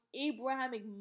Abrahamic